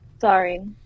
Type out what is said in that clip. Sorry